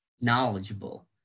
knowledgeable